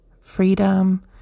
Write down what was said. freedom